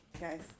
guys